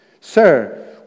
Sir